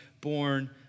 born